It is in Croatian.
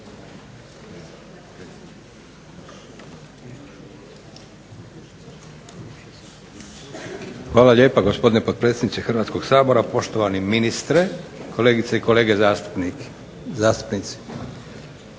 Hvala lijepa, gospodine potpredsjedniče Hrvatskoga sabora. Poštovani ministre, kolegice i kolege zastupnici.